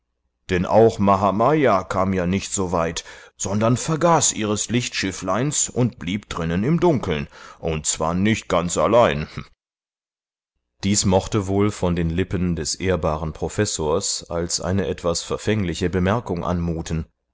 denn auch mahamaya kam ja nicht so weit sondern vergaß ihres lichtschiffleins und blieb drinnen im dunkeln und zwar nicht ganz allein dies mochte wohl von den lippen des ehrbaren professors als eine etwas verfängliche bemerkung anmuten